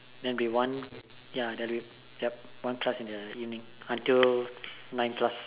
then be one ya yup one class in the evening until nine plus